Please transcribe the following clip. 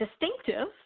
distinctive